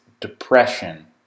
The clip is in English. depression